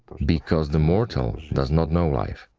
because the mortal does not know life,